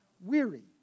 weary